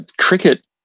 cricket